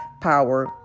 power